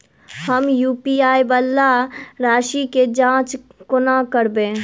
हम यु.पी.आई वला राशि केँ जाँच कोना करबै?